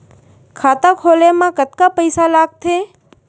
खाता खोले मा कतका पइसा लागथे?